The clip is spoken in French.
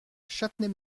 châtenay